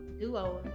duo